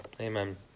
Amen